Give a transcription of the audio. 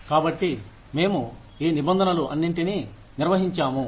కాబట్టి మేము ఈ నిబంధనలు అన్నింటిని నిర్వహించాము